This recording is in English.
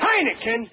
Heineken